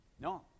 No